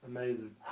Amazing